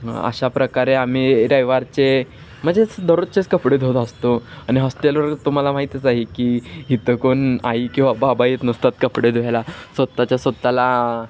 अशा प्रकारे आम्ही रविवारचे म्हणजेच दररोजचेच कपडे धुवत असतो आणि हॉस्टेलवर तुम्हाला माहीतच आहे की इथं कोण आई किंवा बाबा येत नसतात कपडे धुवायला स्वत्त च्या स्वत्त ला